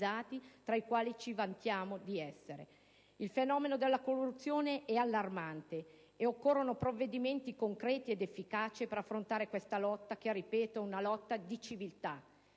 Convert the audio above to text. tra i quali ci vantiamo di essere. Il fenomeno della corruzione è allarmante e occorrono provvedimenti concreti ed efficaci per affrontare questa lotta che ‑ ripeto ‑ è di civiltà.